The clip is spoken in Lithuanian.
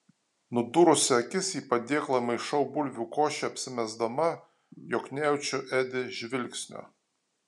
nudūrusi akis į padėklą maišau bulvių košę apsimesdama jog nejaučiu edi žvilgsnio